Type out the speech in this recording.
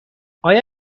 آیا